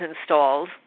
installed